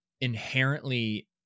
inherently